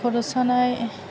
खर' सानाय